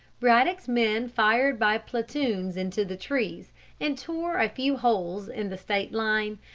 braddock's men fired by platoons into the trees and tore a few holes in the state line,